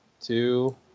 two